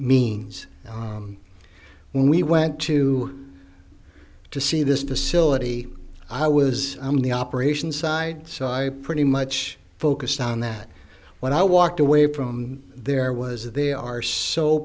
means when we went to to see this facility i was in the operations side so i pretty much focused on that when i walked away from there was that there are so